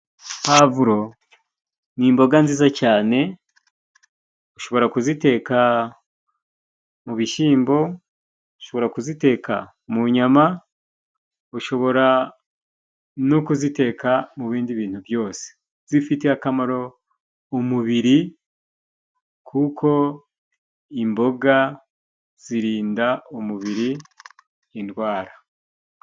Pavuro ni imboga nziza cyane, ushobora kuziteka mu bishimbo, ushobora kuziteka mu nyama ushobora no kuziteka mu bindi bintu byose. Zifitiye akamaro umubiri kuko imboga zirinda umubiri indwara.